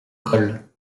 cols